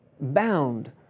Bound